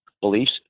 beliefs